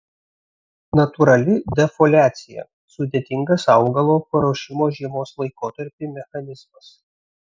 natūrali defoliacija sudėtingas augalo paruošimo žiemos laikotarpiui mechanizmas